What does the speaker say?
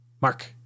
Mark